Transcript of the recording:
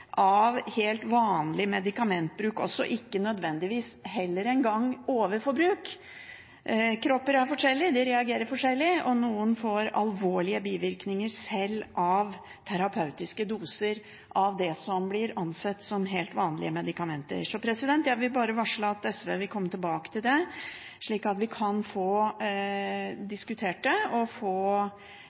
av helt vanlig medikamentbruk og heller ikke nødvendigvis overforbruk. Kropper er forskjellige, de reagerer forskjellig, og noen får alvorlige bivirkninger selv av terapeutiske doser av det som blir ansett som helt vanlige medikamenter. Jeg vil bare varsle at SV vil komme tilbake til dette, slik at vi kan få diskutert det og få